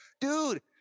dude